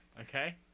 Okay